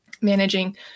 managing